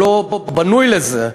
או לא בנוי לזה.